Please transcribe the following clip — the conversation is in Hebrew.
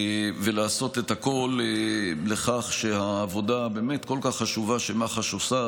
ולעשות את הכול לכך שהעבודה הכל-כך חשובה שמח"ש עושה,